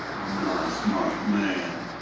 i'm not a smart man,